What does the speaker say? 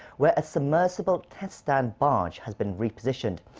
where a submersible test stand barge has been repositioned.